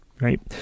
right